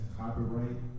copyright